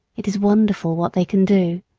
it is wonderful what they can do.